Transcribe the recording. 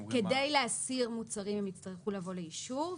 כדי להסיר מוצרים, יצטרכו לבוא לאישור.